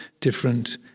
different